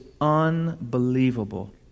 unbelievable